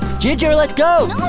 ginger, let's go.